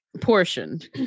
portioned